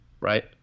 right